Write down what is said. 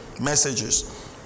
messages